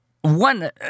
one